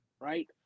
right